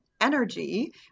energy